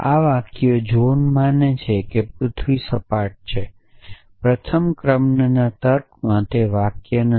આ વાક્યો જ્હોન માને છે કે પૃથ્વી સપાટ છે પ્રથમ ક્રમમાંના તર્કમાં તે વાક્યો નથી